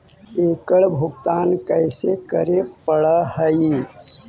एकड़ भुगतान कैसे करे पड़हई?